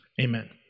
Amen